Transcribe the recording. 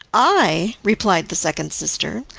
i, replied the second sister,